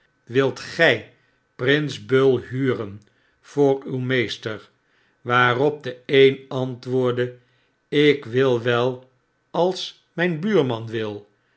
wilt g prins bull huren voor uw meester waarop de een antwoordde ik wil wel als myn buurman wil